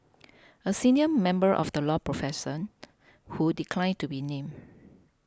a senior member of the law profession who declined to be named